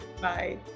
Bye